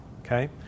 okay